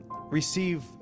receive